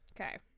Okay